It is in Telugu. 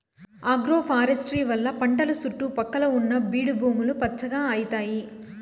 ఆగ్రోఫారెస్ట్రీ వల్ల పంటల సుట్టు పక్కల ఉన్న బీడు భూములు పచ్చగా అయితాయి